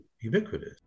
ubiquitous